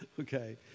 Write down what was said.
okay